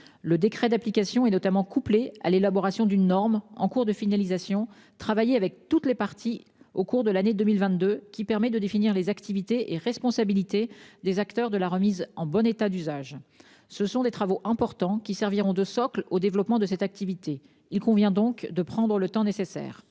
Le décret d'application est notamment couplé à une norme en cours d'élaboration. Travaillée avec toutes les parties prenantes au cours de l'année 2022, celle-ci permettra de définir les activités et les responsabilités des acteurs de la remise en bon état d'usage. Ces travaux importants serviront de socle au développement de cette activité. Il convient donc de prendre le temps nécessaire.